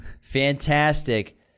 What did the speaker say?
Fantastic